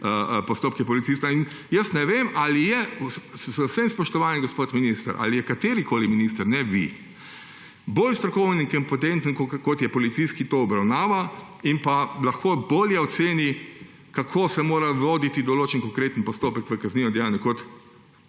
postopke policista. Jaz ne vem, ali je, z vsem spoštovanjem gospod minister, ali je katerikoli minister, ne vi, bolj strokoven in kompetenten, kakor je policist, ki to obravnava, in lahko bolje oceni, kako se mora voditi določen konkreten postopek v kaznivem dejanju, kot